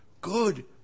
good